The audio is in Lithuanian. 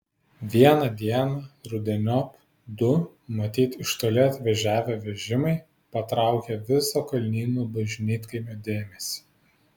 vieną dieną rudeniop du matyt iš toli atvažiavę vežimai patraukė viso kalnynų bažnytkaimio dėmesį